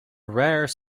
rare